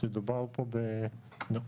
מדובר כאן בנקודות,